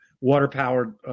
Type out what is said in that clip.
water-powered